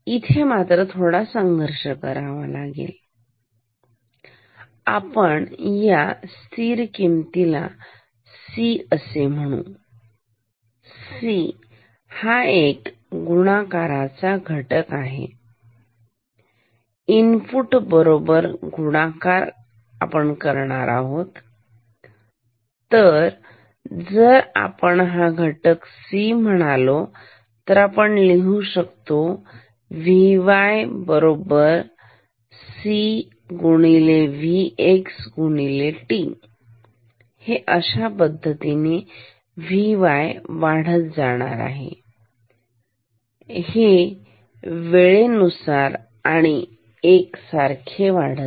तर इथे थोडासा संघर्ष आहे आपण याला या स्थिर किमतीला C असे म्हणू C हा एक गुणाकाराचा घटक आहे इनपुट बरोबर गुणाकार करणार आहे तर जर आपण हा घटक C म्हणालो तर आपण लिहू शकतो की V y C V x t हे अशा पद्धतीने Vy हा वाढत आहे हा वाढत आहे वेळेनुसार आणि एकसारखे ठीक